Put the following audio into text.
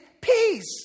peace